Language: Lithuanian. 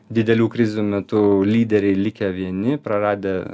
didelių krizių metu lyderiai likę vieni praradę